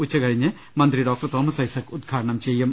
ഉച്ചകഴിഞ്ഞ് മന്ത്രി ഡോക്ടർ തോമസ് ഐസക്ക് ഉദ്ഘാടനം ചെയ്യും